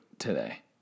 today